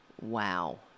Wow